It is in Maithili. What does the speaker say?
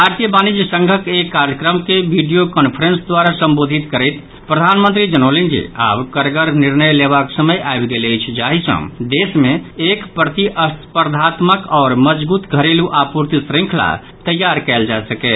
भारतीय वाणिज्य संघक एक कार्यक्रम के वीडियो कांफ्रेंस द्वारा संबोधित करैत प्रधानमंत्री जनौलनि जे आब कड़गर निर्णय लेबाक समय आबि गेल अछि जाहि सँ देश मे एक प्रतिस्पर्धात्मक आओर मजगूत घरेलू आपूर्ति श्रृंखला तैयार कयल जा सकय